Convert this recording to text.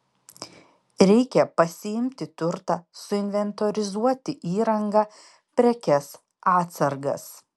reikia pasiimti turtą suinventorizuoti įrangą prekes atsargas